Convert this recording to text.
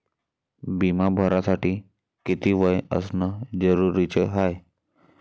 बिमा भरासाठी किती वय असनं जरुरीच हाय?